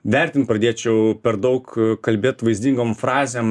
vertint pradėčiau per daug kalbėt vaizdingom frazėm